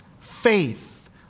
faith